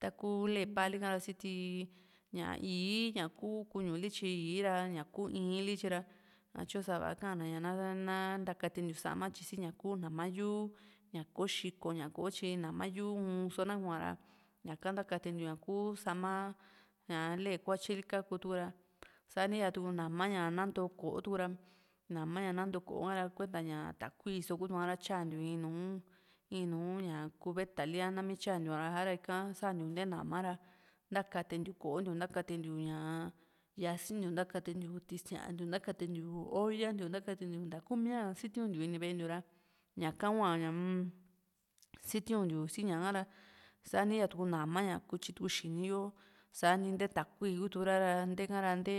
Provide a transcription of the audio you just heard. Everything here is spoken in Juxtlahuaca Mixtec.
taku lee paali ka ra siti ña i´i ñaku kuñuli tyi i´i ra sa´ra ña kuu in´li tyi ra ñatyú sav kaa´na ña ná ntakententiu sama tyi sí ñaku nama yúu ña kò´o xikó ña kotyí nama yúu uun só nakua´ra ñaka ntakatentiu ñaku sama ñaa lee kuatyili ka´ku tukura sani yatuku nama ña nanto ko´o tukura nama ña nantom ko´o ha´ra kuenta ña takui só kútuku´ara tyantiu in nùù in nùù ña kubetali a nami tyantiu ñara ha´ra ika santiu nté nama ra ntakatentiu ko´o ntiou ntakatentiu ñaa yasintiu ntakatentiu tísiantiu ntakatentiu olla ntiu nakatentiu ntá kúmiaa sitiuntiu ini ve´e ntiu ra ñaka hua ña-m sitiuntiu sí´ñaka ra sani yaa tuu nama kutyi tuku xini yo sani nté takui kutukura ra ntéka ra nté